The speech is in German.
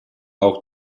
auch